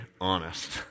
honest